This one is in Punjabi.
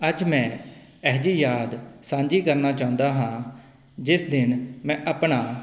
ਅੱਜ ਮੈਂ ਇਹੋ ਜਿਹੀ ਯਾਦ ਸਾਂਝੀ ਕਰਨਾ ਚਾਹੁੰਦਾ ਹਾਂ ਜਿਸ ਦਿਨ ਮੈਂ ਆਪਣਾ